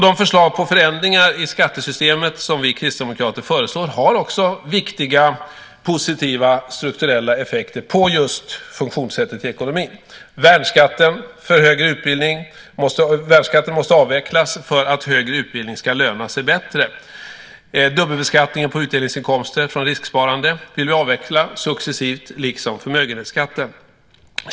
De förslag till förändringar i skattesystemet som vi kristdemokrater föreslår har också viktiga positiva strukturella effekter på just funktionssättet i ekonomin. Värnskatten måste avvecklas för att högre utbildning ska löna sig bättre. Dubbelbeskattningen på utdelningsinkomster från risksparande vill vi avveckla successivt liksom förmögenhetsskatten.